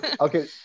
Okay